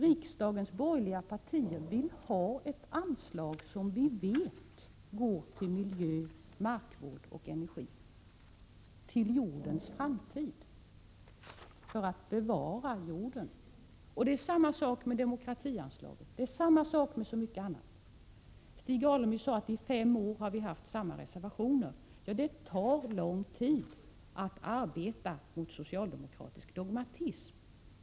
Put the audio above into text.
Riksdagens borgerliga partier vill ha ett anslag som vi vet går till miljö, markvård och energi, till jordens framtid, för att bevara jorden. Det är samma sak med demokratianslaget och mycket annat. Stig Alemyr sade att i fem år har vi haft samma reservationer. Ja, det tar lång tid att arbeta mot socialdemokratisk dogmatism.